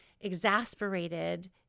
exasperated